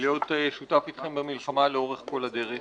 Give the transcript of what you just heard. ולהיות שותף אתכם במלחמה לאורך כל הדרך.